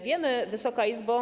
Wysoka Izbo!